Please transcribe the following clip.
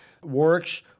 works